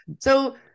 So-